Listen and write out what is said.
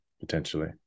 potentially